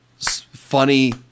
funny